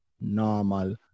normal